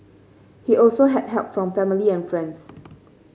he also had help from family and friends